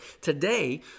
today